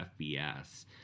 FBS